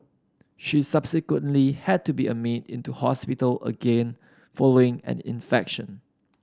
she subsequently had to be admitted into hospital again following an infection